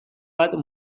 bat